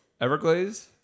Everglaze